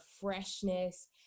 freshness